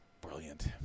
Brilliant